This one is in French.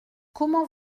comment